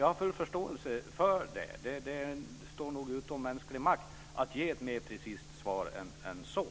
Jag har full förståelse för det. Det står utom mänsklig makt att ge ett mer precist svar än så.